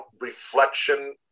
reflection